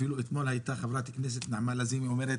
אפילו אתמול הייתה חברת הכנסת רות וסרמן אומרת